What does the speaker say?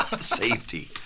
safety